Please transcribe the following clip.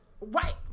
Right